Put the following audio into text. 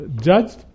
judged